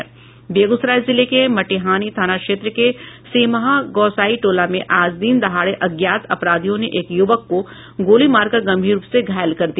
बेगूसराय जिले के मटिहानी थाना क्षेत्र के सीहमा गोसाई टोला में आज दिन दहाड़े अज्ञात अपराधियों ने एक युवक को गोली मारकर गंभीर रूप से घायल कर दिया